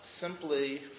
simply